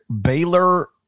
Baylor